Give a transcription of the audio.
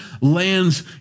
lands